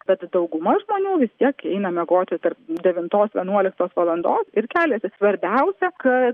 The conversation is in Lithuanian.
bet dauguma žmonių vis tiek eina miegoti tarp devintos vienuoliktos valandos ir keliasi svarbiausia kad